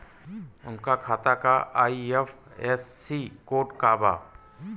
उनका खाता का आई.एफ.एस.सी कोड का बा?